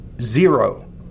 Zero